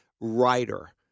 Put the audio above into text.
writer